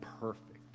perfect